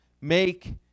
make